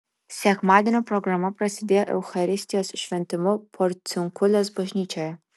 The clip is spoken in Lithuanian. sekmadienio programa prasidėjo eucharistijos šventimu porciunkulės bažnyčioje